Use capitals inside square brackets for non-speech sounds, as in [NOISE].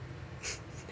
[LAUGHS]